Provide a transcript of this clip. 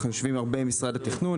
אנחנו יושבים הרבה עם משרד התכנון,